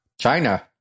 China